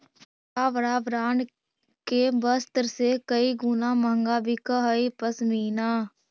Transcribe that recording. बड़ा बड़ा ब्राण्ड के वस्त्र से कई गुणा महँगा बिकऽ हई पशमीना